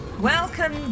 welcome